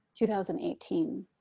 2018